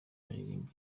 aririmba